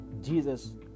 Jesus